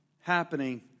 happening